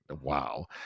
wow